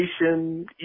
education